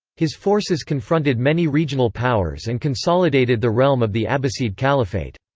his forces confronted many regional powers and consolidated the realm of the abbasid caliphate.